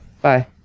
Bye